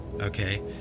okay